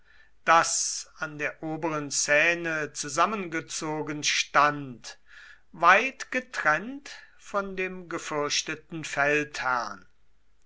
das an der oberen seine zusammengezogen stand weit getrennt von dem gefürchteten feldherrn